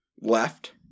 left